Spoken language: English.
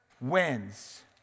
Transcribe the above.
wins